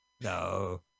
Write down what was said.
No